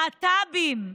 להט"בים,